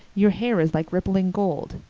your hair is like rippling gold.